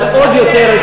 אבל עוד יותר,